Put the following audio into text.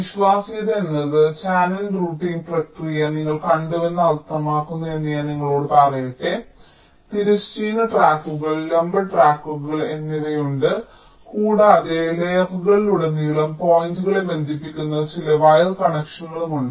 വിശ്വാസ്യത എന്നത് channel routing പ്രക്രിയ നിങ്ങൾ കണ്ടുവെന്ന് അർത്ഥമാക്കുന്നത് എന്ന് ഞാൻ നിങ്ങളോട് പറയട്ടെ തിരശ്ചീന ട്രാക്കുകൾ ലംബ ട്രാക്കുകൾ എന്നിവയുണ്ട് കൂടാതെ ലെയറുകളിലുടനീളം പോയിന്റുകളെ ബന്ധിപ്പിക്കുന്ന ചില വയർ കണക്ഷനുകൾ ഉണ്ട്